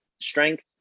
strength